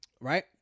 Right